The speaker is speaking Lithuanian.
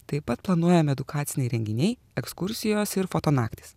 taip pat planuojami edukaciniai renginiai ekskursijos ir foto naktys